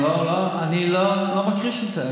אני לא מכחיש את זה.